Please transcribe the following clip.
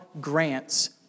grants